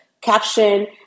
caption